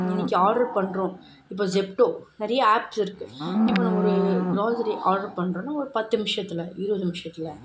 இன்றைக்கி ஆட்ரு பண்ணுறோம் இப்போ ஜெப்ட்டோ நிறைய ஆப்ஸ் இருக்குது இப்போ நம்ம ஒரு க்ராசரி ஆட்ரு பண்ணுறோன்னா ஒரு பத்து நிமிஷத்தில் இருபது நிமிஷத்தில்